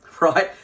right